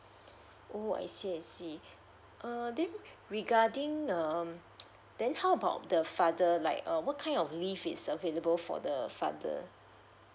oh I see I see err then regarding um then how about the father like uh what kind of leave is available for the father